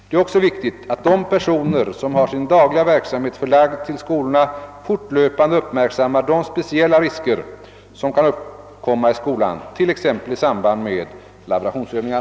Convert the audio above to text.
Det är också viktigt att de personer som har sin dagliga verksamhet förlagd till skolorna fortlöpande uppmärksammar de speciella risker som kan uppkomma i skolan, t.ex. i samband med laborationsövningar.